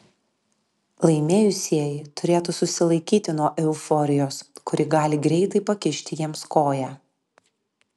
laimėjusieji turėtų susilaikyti nuo euforijos kuri gali greitai pakišti jiems koją